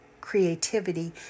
creativity